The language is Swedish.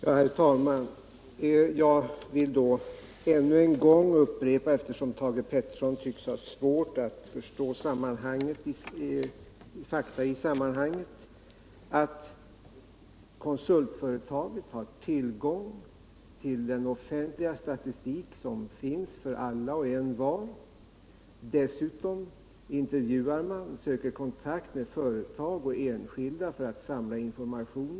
Herr talman! Jag vill då ännu en gång upprepa, eftersom Thage Peterson tycks ha svårt att förstå fakta i sammanhanget, att konsultföretaget har tillgång till den offentliga statistik som finns tillgänglig för alla och envar. Dessutom söker man kontakt med företag och enskilda för att samla in information.